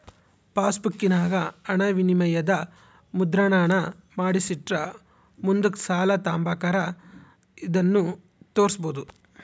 ಪಾಸ್ಬುಕ್ಕಿನಾಗ ಹಣವಿನಿಮಯದ ಮುದ್ರಣಾನ ಮಾಡಿಸಿಟ್ರ ಮುಂದುಕ್ ಸಾಲ ತಾಂಬಕಾರ ಇದನ್ನು ತೋರ್ಸ್ಬೋದು